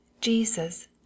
Jesus